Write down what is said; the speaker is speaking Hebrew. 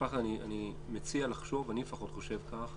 אני מציע לחשוב, אני לפחות חושב כך,